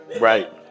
Right